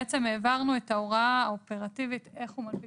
העברנו את ההוראה האופרטיבית איך הוא מנפיק